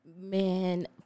Man